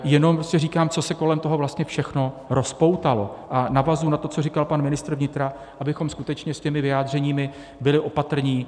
Jenom říkám, co se kolem toho vlastně všechno rozpoutalo, a navazuji na to, co říkal pan ministr vnitra, abychom skutečně s těmi vyjádřeními byli opatrní.